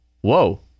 whoa